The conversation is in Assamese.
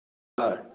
হয়